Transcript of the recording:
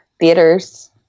theaters